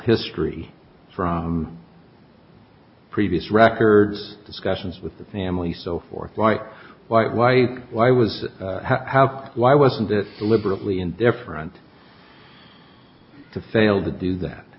history from previous records discussions with the family so forth why why why why was how why wasn't this deliberately indifferent to fail to do that